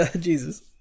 Jesus